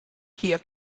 hier